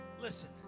Listen